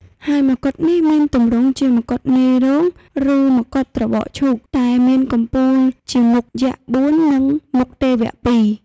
ហើយមកុដនេះ មានទម្រង់ជាមកុដនាយរោង ឬមកុដត្របកឈូក តែមានកំពូលជាមុខយក្សបួន និងមុខទេវៈពីរ។